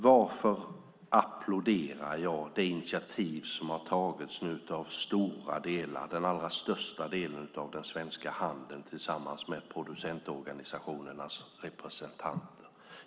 Varför applåderar jag det initiativ som har tagits av den största delen av den svenska handeln tillsammans med producentorganisationernas representanter?